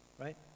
right